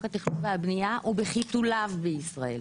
התכנון והבנייה הוא בחיתוליו בישראל.